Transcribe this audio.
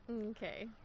Okay